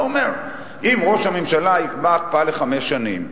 אתה אומר: אם ראש הממשלה יקבע הקפאה לחמש שנים.